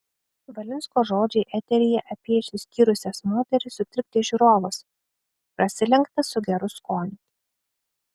valinsko žodžiai eteryje apie išsiskyrusias moteris sutrikdė žiūrovus prasilenkta su geru skoniu